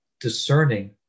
discerning